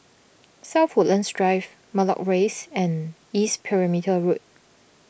South Woodlands Drive Matlock Rise and East Perimeter Road